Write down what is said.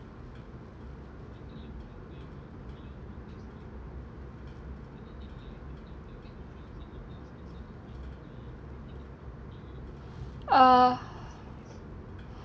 uh